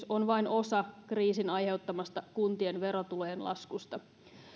on vain osa kriisin aiheuttamasta kuntien verotulojen laskusta